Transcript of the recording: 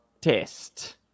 test